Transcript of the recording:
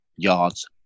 Yards